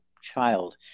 child